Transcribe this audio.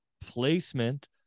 placement